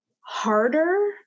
harder